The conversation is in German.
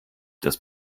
dass